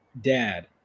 dad